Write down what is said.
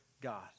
God